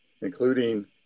including